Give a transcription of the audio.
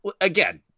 again